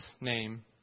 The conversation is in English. name